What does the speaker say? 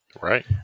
Right